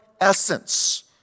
essence